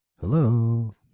Hello